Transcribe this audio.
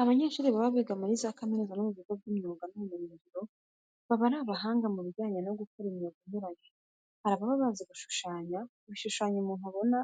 Abanyeshuri baba biga muri za kaminuza no mu bigo by'imyuga n'ubumenyingiro baba ari abahanga mu bijyanye no gukora imyuga inyuranye. Hari ababa bazi gushushanya ibishushanyo umuntu aba